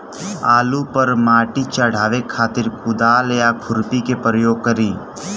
आलू पर माटी चढ़ावे खातिर कुदाल या खुरपी के प्रयोग करी?